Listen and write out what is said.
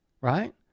right